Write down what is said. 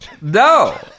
No